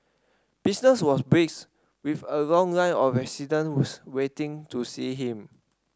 business was brisk with a long line of residents waiting to see him